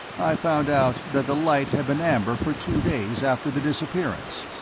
i found out that the light had been amber for two days after the disappearance,